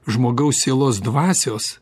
žmogaus sielos dvasios